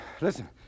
Listen